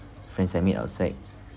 friends I meet outside